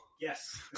Yes